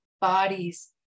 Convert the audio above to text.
bodies